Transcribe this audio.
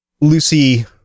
Lucy